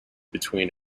between